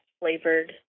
flavored